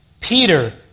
Peter